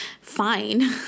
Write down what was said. fine